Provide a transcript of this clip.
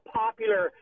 popular